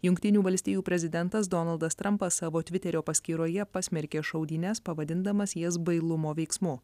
jungtinių valstijų prezidentas donaldas trampas savo tviterio paskyroje pasmerkė šaudynes pavadindamas jas bailumo veiksmu